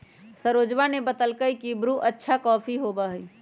सरोजवा ने बतल कई की ब्रू अच्छा कॉफी होबा हई